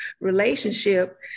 relationship